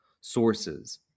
sources